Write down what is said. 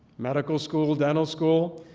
medical school, dental school.